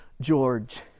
George